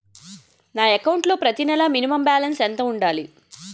నా అకౌంట్ లో ప్రతి నెల మినిమం బాలన్స్ ఎంత ఉండాలి?